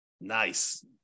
Nice